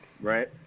Right